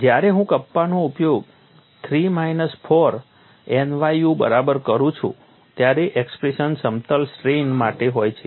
જ્યારે હું કપ્પાનો ઉપયોગ 3 માઇનસ 4 nyu બરાબર કરું છું ત્યારે એક્સપ્રેશન્સ સમતલ સ્ટ્રેઇન માટે હોય છે